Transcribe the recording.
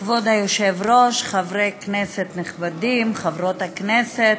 כבוד היושב-ראש, חברי כנסת נכבדים, חברות הכנסת,